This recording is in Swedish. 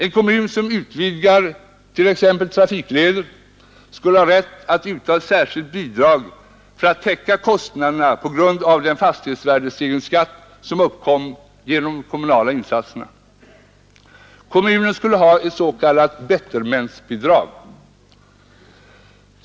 En kommun som utvidgar t.ex. trafikleder skulle ha rätt att utta ett särskilt bidrag för att täcka kostnaderna på grund av den fastighetsvärdestegring som uppkom genom de kommunala insatserna. Kommunen skulle ha ett s.k. bettermentsbidrag.